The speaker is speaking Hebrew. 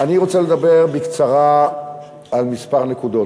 אני רוצה לדבר בקצרה על כמה נקודות.